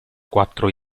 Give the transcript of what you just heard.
quattro